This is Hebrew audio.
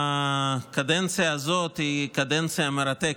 הקדנציה הזאת היא קדנציה מרתקת.